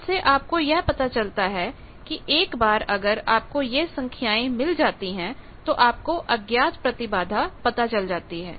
इससे आपको यह पता चलता है कि एक बार अगर आपको यह संख्याएं मिल जाती हैं तो आपको अज्ञात प्रतिबाधा पता चल जाती है